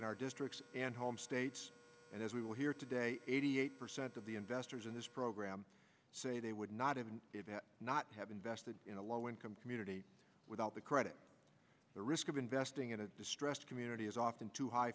in our districts and home states and as we will hear today eighty eight percent of the investors in this program say they would not even if not have invested in a low income community without the credit the risk of investing in a distressed community is often too high